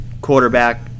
quarterback